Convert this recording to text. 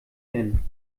nennen